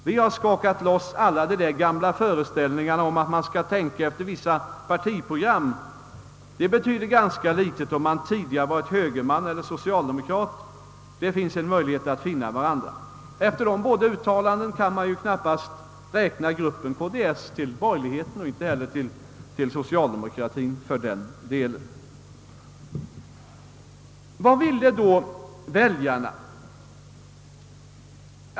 Vi har skakat loss alla de där gamla föreställningarna om att man skall tänka efter vissa partiprogram. Det betyder ganska litet om man tidigare varit högerman eller socialdemokrat. Det finns en möjlighet att finna varandra.» Efter båda dessa uttalanden kan man knappast räkna gruppen KDS till borgerligheten och, för den delen, inte heller till socialdemokratien. Vad ville då väljarna?